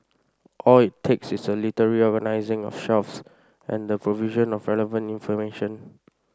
all it takes is a little reorganising of shelves and the provision of relevant information